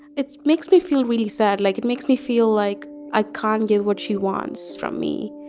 it makes me feel really sad like it makes me feel like i can't give what she wants from me.